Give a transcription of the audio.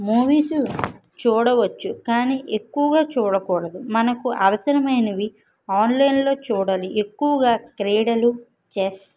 movies చూడవచ్చు కానీ ఎక్కువగా చూడకూడదు మనకు అవసరమైనవి ఆన్లైన్లో చూడాలి ఎక్కువగా క్రీడలు చెస్